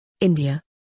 India